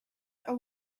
are